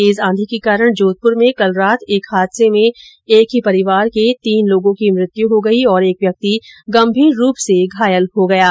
तेज आंधी के कारण जोधपुर में कल रात एक हादसे में एक ही परिवार के तीन लोगों की मृत्यू हो गई और एक व्यक्ति गंभीर रूप से घायल हो गया है